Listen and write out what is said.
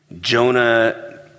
Jonah